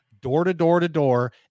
door-to-door-to-door